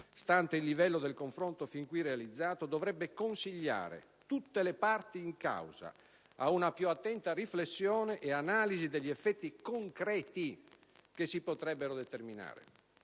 stante il livello del confronto fin qui realizzato, dovrebbe consigliare tutte le parti in causa ad una più attenta riflessione ed analisi degli effetti concreti che si potrebbero determinare.